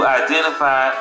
identify